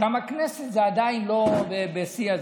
גם בכנסת זה עדיין לא בשיא,